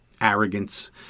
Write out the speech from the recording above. arrogance